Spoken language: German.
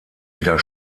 wieder